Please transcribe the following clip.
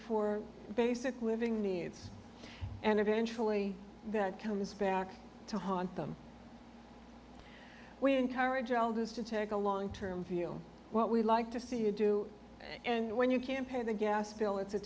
for basic living needs and eventually that comes back to haunt them we encourage elders to take a long term feel what we like to see you do and when you can pay the gas bill it's a